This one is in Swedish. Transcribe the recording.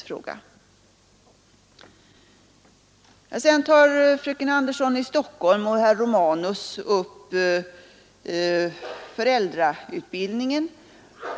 Fröken Andersson i Stockholm och herr Romanus tog upp frågan om föräldrautbildningen.